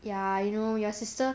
ya you know your sister